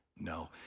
No